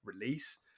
release